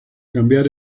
cambiar